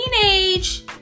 Teenage